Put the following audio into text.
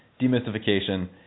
demystification